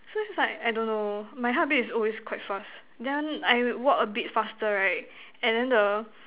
so is like I don't know my heartbeat is always quite fast then I walk a bit faster right and then the